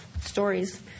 stories